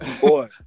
Boy